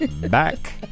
back